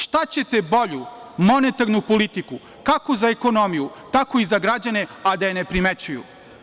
Šta ćete bolju monetarnu politiku, kako za ekonomiju, tako i za građane, a da je ne primećuju?